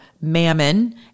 mammon